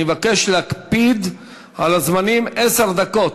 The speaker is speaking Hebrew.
אני מבקש להקפיד על הזמנים, עשר דקות.